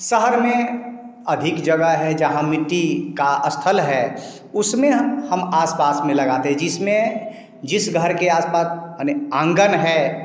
शहर में अधिक जगह है जहाँ मिटटी का स्थल है उसमें हम आस पास में लगाते जिसमें जिस घर के आस पास अपने आंगन है